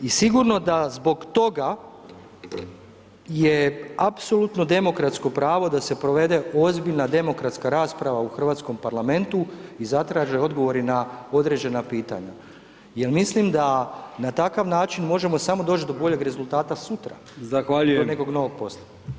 I sigurno da zbog toga je apsolutno demokratsko pravo da se provede ozbiljna demokratska rasprava u hrvatskom parlamentu i zatraže odgovori na određena pitanja, jel mislim da na takav način možemo samo doći do boljeg rezultata sutra [[Upadica: Zahvaljujem]] do nekog novog posla.